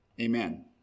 Amen